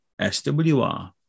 SWR